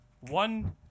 one